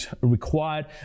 required